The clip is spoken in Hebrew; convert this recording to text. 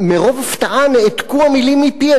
מרוב הפתעה נעתקו המלים מפי,